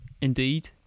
Indeed